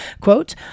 Quote